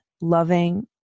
loving